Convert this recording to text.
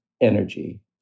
energy